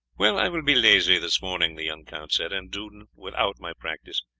well, i will be lazy this morning, the young count said, and do without my practice.